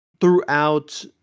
throughout